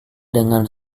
dengan